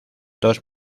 dos